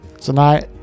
tonight